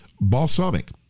Balsamic